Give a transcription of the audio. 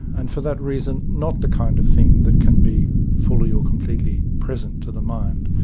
and for that reason, not the kind of thing that can be fully or completely present to the mind.